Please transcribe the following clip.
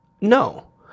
No